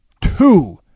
two